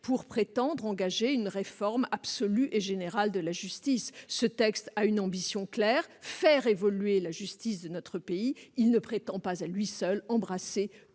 à travers lui une réforme absolue et générale de la justice. Ce texte a une ambition claire : faire évoluer la justice de notre pays. Il ne prétend pas, à lui seul, embrasser toutes les